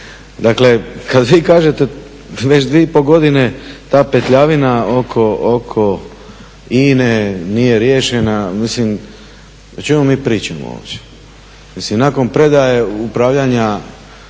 Dakle, kad vi kažete već 2,5 godine ta petljavina oko INA-e nije riješena, mislim o čemu mi pričamo opće? Mislim nakon predaje upravljanja